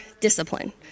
discipline